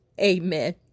amen